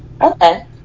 okay